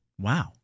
Wow